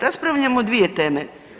Raspravljamo o dvije teme.